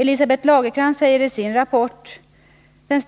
Elisabeth Lagercrantz skriver i sin rapport: ”Det